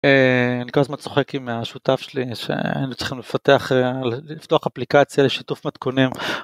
אני כל הזמן צוחק עם השותף שלי שצריך לפתוח אפליקציה לשיתוף מתכונים.